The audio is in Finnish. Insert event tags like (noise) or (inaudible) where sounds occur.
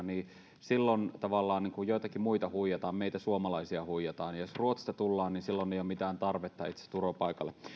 (unintelligible) niin silloin tavallaan niin kuin joitakin muita huijataan meitä suomalaisia huijataan jos ruotsista tullaan niin silloin ei ole itse asiassa mitään tarvetta turvapaikalle